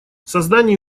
создание